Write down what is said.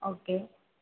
okay